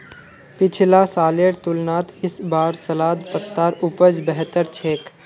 पिछला सालेर तुलनात इस बार सलाद पत्तार उपज बेहतर छेक